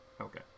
Okay